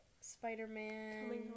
spider-man